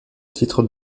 titre